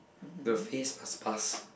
the face must pass